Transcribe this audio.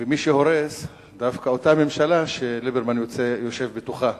ומי שהורס, דווקא אותה ממשלה שליברמן יושב בתוכה.